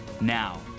Now